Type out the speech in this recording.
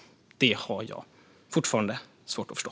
Det har jag fortfarande svårt att förstå.